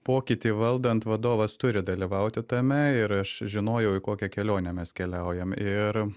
pokytį valdant vadovas turi dalyvauti tame ir aš žinojau į kokią kelionę mes keliaujam ir